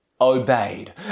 obeyed